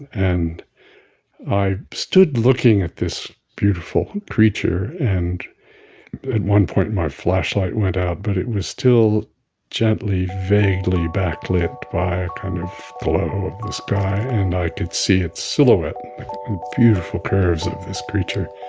and i stood looking at this beautiful creature. and at one point, my flashlight went out. but it was still gently, vaguely backlit by a kind of glow of the sky, and i could see its silhouette beautiful curves of this creature.